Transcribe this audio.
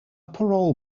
parole